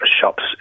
shops